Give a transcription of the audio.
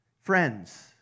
friends